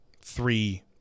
three